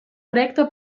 recte